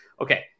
Okay